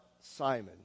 simon